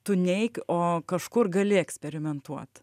tu neik o kažkur gali eksperimentuot